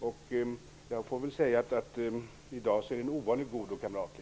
I dag är den ovanligt god och kamratlig.